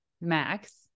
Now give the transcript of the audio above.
Max